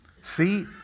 See